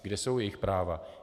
Kde jsou jejich práva?